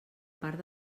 part